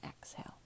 exhale